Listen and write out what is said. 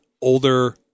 older